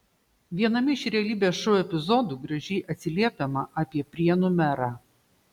viename iš realybės šou epizodų gražiai atsiliepiama apie prienų merą